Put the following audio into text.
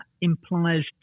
implies